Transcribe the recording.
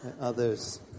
others